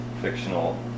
fictional